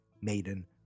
Maiden